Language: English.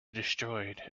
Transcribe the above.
destroyed